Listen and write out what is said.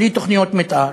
בלי תוכניות מתאר,